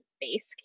base